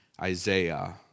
Isaiah